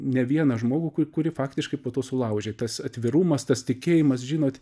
ne vieną žmogų kurį faktiškai po to sulaužė tas atvirumas tas tikėjimas žinot